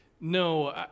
no